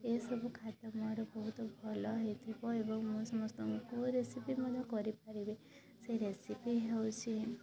ଏସବୁ ଖାଦ୍ୟ ମୋର ବହୁତ ଭଲ ହୋଇଥିବ ଏବଂ ମୁଁ ସମସ୍ତଙ୍କୁ ରେସିପି ମଧ୍ୟ କରି ପାରିବେ ସେ ରେସିପି ହେଉଛି